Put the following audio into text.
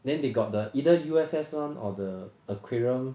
then they got the either U_S_S [one] or the aquarium